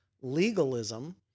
legalism